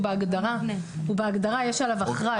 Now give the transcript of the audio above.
בהגדרה יש עליו אחראי.